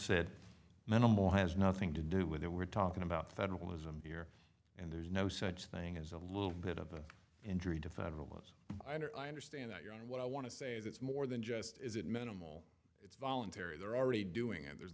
said minimal has nothing to do with it we're talking about federalism here and there's no such thing as a little bit of an injury to federal laws i understand that you know what i want to say is it's more than just is it minimal it's voluntary they're already doing it there's